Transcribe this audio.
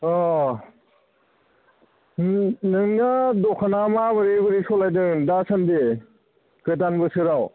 अह नों नोङो दखाना माबोरै बोरै सालायदों दासान्दि गोदान बोसोराव